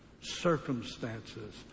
Circumstances